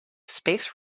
space